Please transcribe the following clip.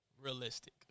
realistic